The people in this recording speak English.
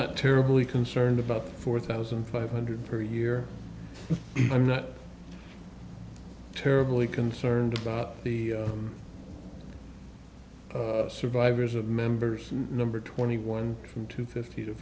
not terribly concerned about four thousand five hundred per year i'm not terribly concerned about the survivors of members number twenty one to fifty to